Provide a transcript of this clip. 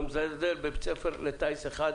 אני לא מזלזל בבית ספר לטיס אחד,